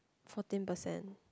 fourteen percent